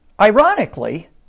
Ironically